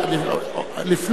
לפני,